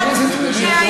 זה באמת לא יכול להיות.